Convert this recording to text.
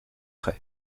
frais